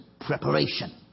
preparation